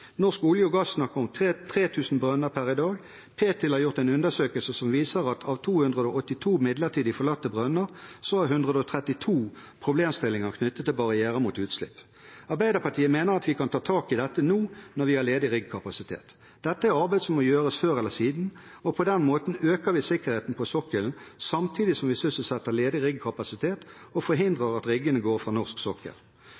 Norsk olje og gass snakker om 3 000 brønner per i dag. Petroleumstilsynet har gjort en undersøkelse som viser at av 282 midlertidig forlatte brønner er 132 problemstillinger knyttet til barriere mot utslipp. Arbeiderpartiet mener vi kan ta tak i dette nå når vi har ledig riggkapasitet. Dette er arbeid som må gjøres før eller siden, og på den måten øker vi sikkerheten på sokkelen samtidig som vi sysselsetter ledig riggkapasitet og